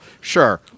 sure